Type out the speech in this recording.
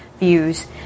views